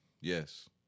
Yes